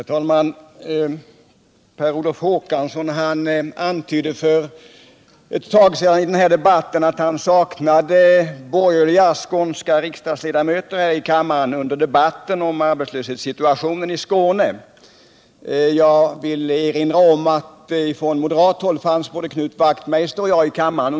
Herr talman! Per Olof Håkansson antydde för en stund sedan att han saknade borgerliga skånska riksdagsledamöter i kammaren under debatten om arbetslöshetssituationen i Skåne. Jag vill erinra om att från moderat håll fanns både Knut Wachtmeister och jag i kammaren.